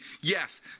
yes